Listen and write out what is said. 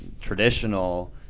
traditional